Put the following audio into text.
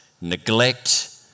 neglect